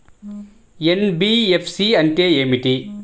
NBFC అంటే ఏమిటి?